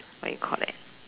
what you call that